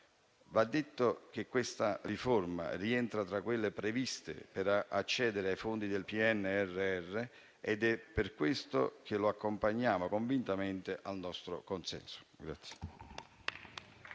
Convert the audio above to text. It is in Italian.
Va detto che questa riforma rientra tra quelle previste per accedere ai fondi del PNRR ed è per questo che la accompagniamo convintamente con il nostro consenso.